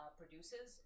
produces